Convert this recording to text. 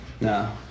No